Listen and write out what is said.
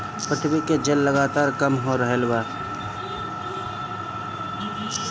पृथ्वी के जल लगातार कम हो रहल बा